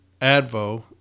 advo